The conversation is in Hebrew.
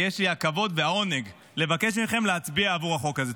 ויש לי הכבוד והעונג לבקש מכם להצביע עבור החוק הזה.